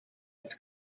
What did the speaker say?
its